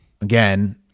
again